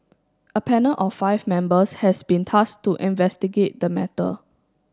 a panel of five members has been task to investigate the matter